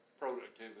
productivity